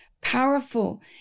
powerful